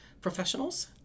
professionals